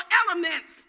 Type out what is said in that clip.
elements